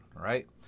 right